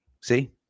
see